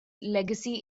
legacy